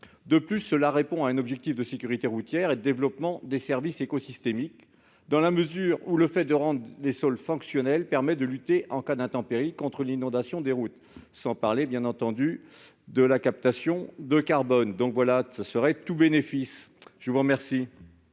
De plus, cela répond à un objectif de sécurité routière et de développement des services écosystémiques, dans la mesure où le fait de rendre les sols fonctionnels permet de lutter, en cas d'intempérie, contre l'inondation des routes- sans parler des avantages en termes de captation de carbone. Ce serait tout bénéfice, en somme